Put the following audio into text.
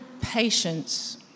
patience